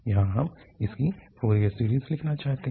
यहाँ हम इसकी फोरियर सीरीज लिखना चाहते हैं